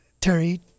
Terry